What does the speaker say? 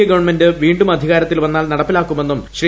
A government വീണ്ടും അധികാരത്തിൽ വന്നാൽ നടപ്പിലാക്കുമെന്നും ശ്രീ